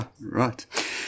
right